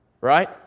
right